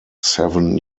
seven